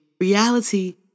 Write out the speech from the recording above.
reality